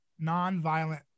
nonviolent